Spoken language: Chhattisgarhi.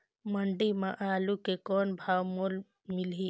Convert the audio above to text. मंडी म आलू के कौन भाव मोल मिलही?